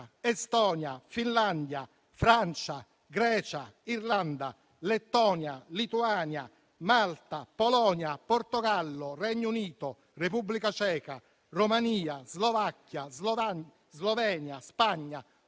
Estonia, Finlandia, Francia, Grecia, Irlanda, Lettonia, Lituania, Malta, Polonia, Portogallo, Regno Unito, Repubblica Ceca, Romania, Slovacchia, Slovenia e Spagna,